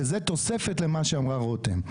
וזו תוספת למה שאמרה רותם.